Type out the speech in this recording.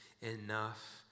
enough